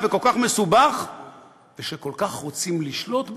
וכל כך מסובך ושכל כך רוצים לשלוט בו.